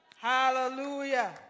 Hallelujah